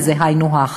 וזה היינו הך.